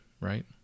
right